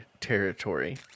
territory